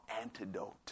antidote